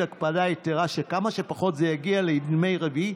הקפדה יתירה שכמה שפחות זה יגיע לימי רביעי,